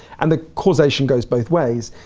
and the causation goes both ways,